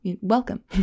welcome